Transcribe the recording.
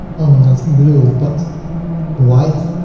only not blue but white.